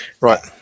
Right